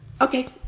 Okay